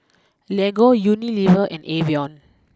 Lego Unilever and Evian